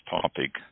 topic